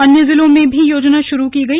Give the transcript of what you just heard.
अन्य जिलो में भी योजना शुरू की गई